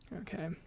Okay